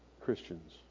Christians